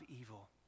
evil